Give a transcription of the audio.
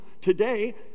today